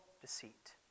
deceit